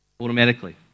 Automatically